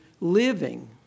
living